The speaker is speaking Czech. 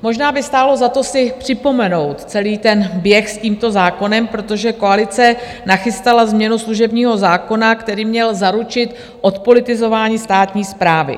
Možná by stálo za to si připomenout celý ten běh s tímto zákonem, protože koalice nachystala změnu služebního zákona, který měl zaručit odpolitizování státní správy.